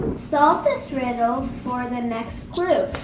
solve this riddle for the next clue.